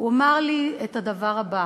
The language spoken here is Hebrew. הוא אמר לי את הדבר הבא: